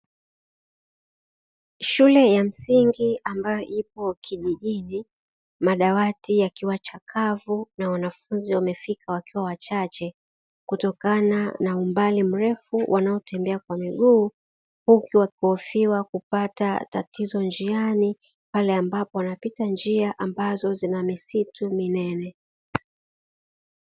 Shule ya msingi ambayo ipo kijijini, madawati yakiwachakavu na wanafunzi wamefika wakiwa wachache, kutokana na umbali mrefu wanaotembea kwa miguu, huku wakihofiwa kupata tatizo njiani pale ambapo wanapita njia ambazo zina misitu minene.